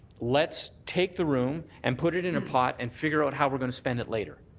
let's take the room and put it in a pot and figure out how we're going to spend it later.